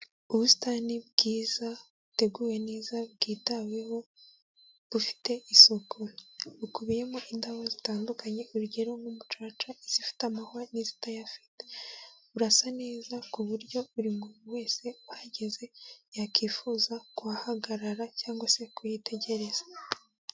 Ubusitani bwiza, buteguwe neza, bwitaweho, bufite isuku. Bukubiyemo indabo zitandukanye urugero nk'ubucaca, izifite amahwa n'izitayafite. Burasa neza ku buryo buri muntu wese ahageze yakwifuza kuhagarara cyangwa se kuhitegereza.